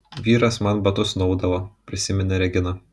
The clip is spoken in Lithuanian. vyras man batus nuaudavo prisiminė regina